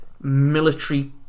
military